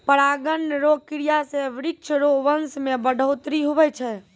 परागण रो क्रिया से वृक्ष रो वंश मे बढ़ौतरी हुवै छै